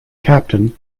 captain